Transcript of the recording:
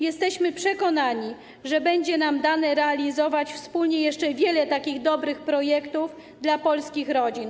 Jesteśmy przekonani, że będzie nam dane realizować wspólnie jeszcze wiele takich dobrych projektów dla polskich rodzin.